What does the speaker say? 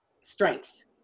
strength